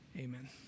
Amen